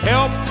Help